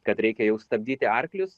kad reikia jau stabdyti arklius